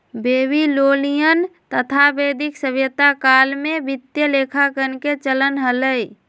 Babylonian तथा वैदिक सभ्यता काल में वित्तीय लेखांकन के चलन हलय